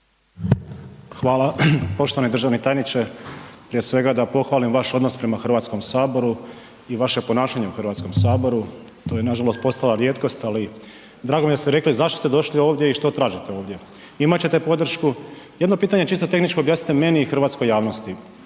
Hvala. Poštovani državni tajniče, prije svega da pohvalim vaš odnos prema Hrvatskom saboru i vaše ponašanje u Hrvatskom saboru, to je nažalost postala rijetkost ali drago mi je da ste rekli zašto ste došli ovdje i što tražite ovdje. Imat ćete podršku, jedno pitanje čisto tehničko objasnite meni i hrvatskoj javnosti.